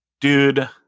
dude